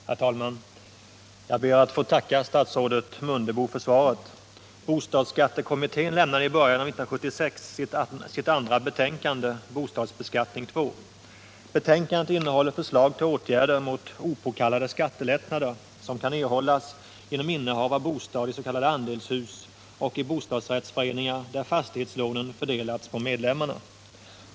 Herr talman! Jag ber att få tacka statsrådet Mundebo för svaret. Bostadsskattekommittén lämnade i början av år 1976 sitt andra betänkande, Bostadsbeskattning II. Betänkandet innehåller förslag till åtgärder mot opåkallade skattelättnader, som kan erhållas genom innehav av bostad i s.k. andelshus och i bostadsrättsföreningar där fastighetslånen fördelats på medlemmarna.